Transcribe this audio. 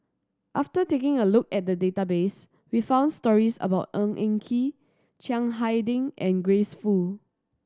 after taking a look at the database we found stories about Ng Eng Kee Chiang Hai Ding and Grace Fu